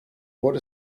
what